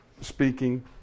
speaking